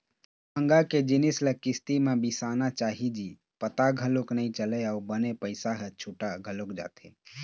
महँगा के जिनिस ल किस्ती म बिसाना चाही जी पता घलोक नइ चलय अउ बने पइसा ह छुटा घलोक जाथे